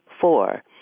four